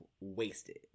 wasted